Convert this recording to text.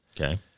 Okay